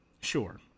sure